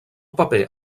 paper